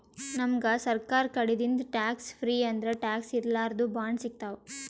ನಮ್ಗ್ ಸರ್ಕಾರ್ ಕಡಿದಿಂದ್ ಟ್ಯಾಕ್ಸ್ ಫ್ರೀ ಅಂದ್ರ ಟ್ಯಾಕ್ಸ್ ಇರ್ಲಾರ್ದು ಬಾಂಡ್ ಸಿಗ್ತಾವ್